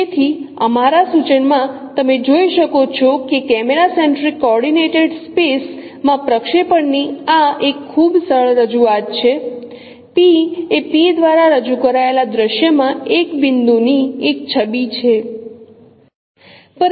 તેથી અમારા સૂચન માં તમે જોઈ શકો છો કે કેમેરા સેન્ટ્રિક કોઓર્ડિનેટેડ સ્પેસ માં પ્રક્ષેપણ ની આ એક ખૂબ સરળ રજૂઆત છે p એ p દ્વારા રજૂ કરેલા દ્રશ્યમાં એક બિંદુ ની એક છબી છે